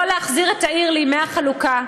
לא להחזיר את העיר לימי החלוקה,